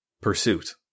Pursuit